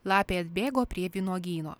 lapė atbėgo prie vynuogyno